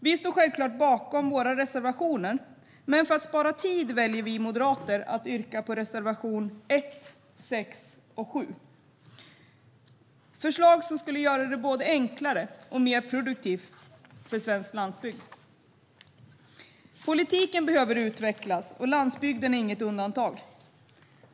Vi står självklart bakom våra reservationer, men för att spara tid väljer vi moderater att yrka bifall till reservationerna 1, 6 och 7. Det är förslag som skulle göra det både enklare och mer produktivt för svensk landsbygd. Politiken behöver utvecklas, och landsbygdspolitiken är inget undantag.